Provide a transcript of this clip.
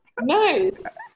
nice